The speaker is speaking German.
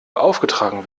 aufgetragen